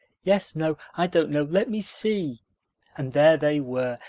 yes no i don't know let me see' and there they were,